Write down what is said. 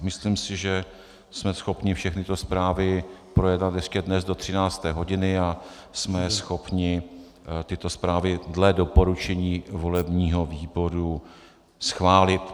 Myslím si, že jsme schopni všechny tyto zprávy projednat ještě dnes do 13. hodiny a jsme schopni tyto zprávy dle doporučení volebního výboru schválit.